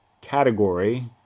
category